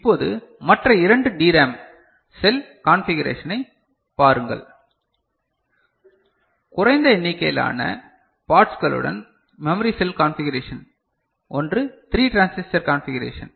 இப்போது மற்ற இரண்டு டிரேம் செல் கண்பிகறேஷனை பாருங்கள் குறைந்த எண்ணிக்கையிலான பார்ட்ஸ்களுடன் மெமரி செல் கான்பிகரேஷன் ஒன்று 3 டிரான்சிஸ்டர் கான்பிகரேஷன்